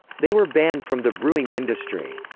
they were banned from the brewing industry.